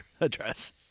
address